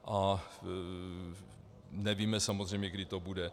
A nevíme samozřejmě, kdy to bude.